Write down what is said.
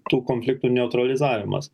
tų konfliktų neutralizavimas